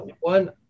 One